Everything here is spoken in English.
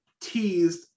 teased